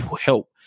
help